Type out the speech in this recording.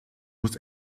muss